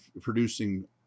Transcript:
producing